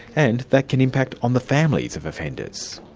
and that can impact on the families of offenders.